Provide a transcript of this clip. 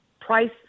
price